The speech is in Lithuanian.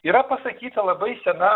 yra pasakyta labai senas